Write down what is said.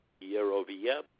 year-over-year